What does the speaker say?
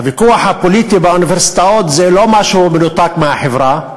הוויכוח הפוליטי באוניברסיטאות זה לא משהו מנותק מהחברה,